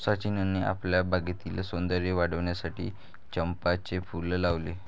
सचिनने आपल्या बागेतील सौंदर्य वाढविण्यासाठी चंपाचे फूल लावले